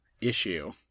issue